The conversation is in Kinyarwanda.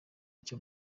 icyo